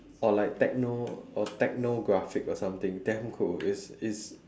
or like techno or techno graphic or something damn cool it's it's